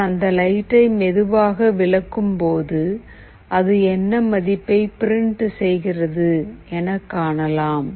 நான் அந்த லைட்டை மெதுவாக விலக்கும் போது அது என்ன மதிப்பை பிரண்ட் செய்கிறது எனக் காணலாம்